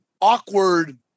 awkward